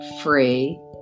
free